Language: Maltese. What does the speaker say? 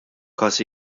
każ